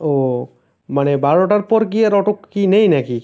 ও মানে বারোটার পর কি আর অটো কি নেই নাকি